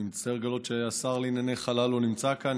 אני מצטער לגלות שהשר לענייני חלל לא נמצא כאן,